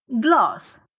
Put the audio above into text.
gloss